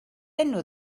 enw